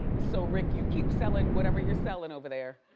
so rick, you keep selling whatever you're selling over there,